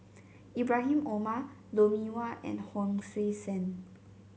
Ibrahim Omar Lou Mee Wah and Hon Sui Sen